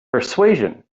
persuasion